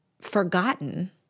forgotten